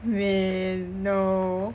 man no